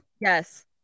Yes